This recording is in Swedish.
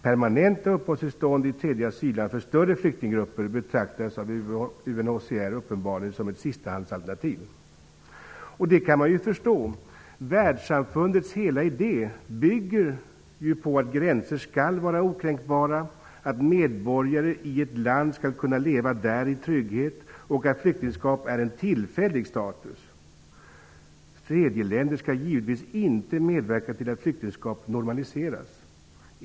Permanenta uppehållstillstånd i tredje asylland för större flyktinggrupper betraktas uppenbarligen av UNHCR som ett sistahandsalternativ. Det kan man ju förstå, eftersom världssamfundets hela idé bygger på att gränser skall vara okränkbara, att medborgare i ett land skall kunna leva där i trygghet och att flyktingskap är en tillfällig status. Tredje länder skall givetvis inte medverka till att flyktingskap normaliseras.